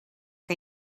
que